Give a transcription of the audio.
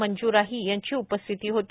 मंजू राही यांची उपस्थिती होती